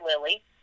Lily